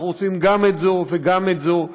אנחנו רוצים גם את זו וגם את זו,